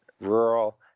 rural